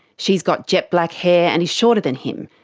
she's got jet black hair and is shorter than him,